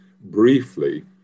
briefly